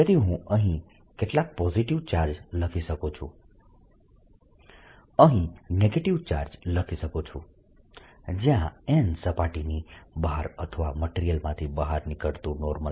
તેથી હું અહીં કેટલાક પોઝિટીવ ચાર્જ લખી શકું છું અહીં નેગેટીવ ચાર્જ લખી શકું છું જ્યાં n સપાટીની બહાર અથવા મટીરીયલમાંથી બહાર નીકળતું નોર્મલ છે